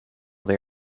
they